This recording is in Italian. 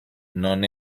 non